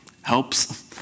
helps